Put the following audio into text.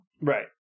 Right